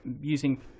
Using